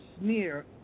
sneer